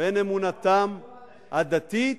בין אמונתם הדתית,